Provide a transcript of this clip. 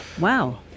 Wow